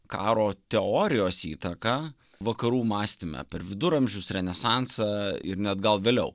karo teorijos įtaka vakarų mąstyme per viduramžius renesansą ir net gal vėliau